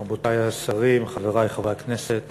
תודה רבה, רבותי השרים, חברי חברי הכנסת,